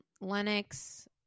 Lennox